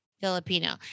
Filipino